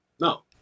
No